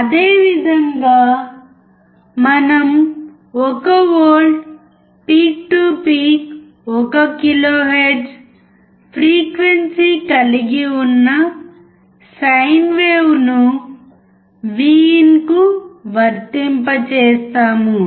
అదేవిధంగా మనం 1V peak to peak 1 kHz frequency కలిగి ఉన్నసైన్ వేవ్ను Vinకు వర్తింపజేస్తాము